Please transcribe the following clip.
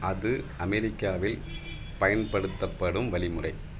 அது அமெரிக்காவில் பயன்படுத்தப்படும் வழிமுறை